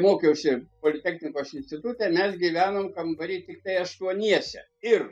mokiausi politechnikos institute mes gyvenom kambary tiktai aštuoniese ir